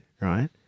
right